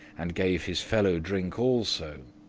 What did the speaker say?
and gave his fellow drink also,